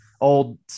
old